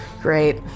Great